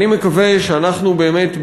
אני מקווה שאנחנו באמת,